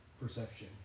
perception